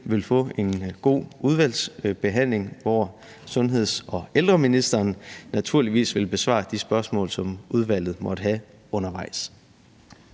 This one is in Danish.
vil få en god udvalgsbehandling, hvor sundheds- og ældreministeren naturligvis vil besvare de spørgsmål, som udvalget måtte have undervejs.